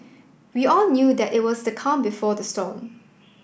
we all knew that it was the calm before the storm